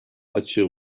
açığı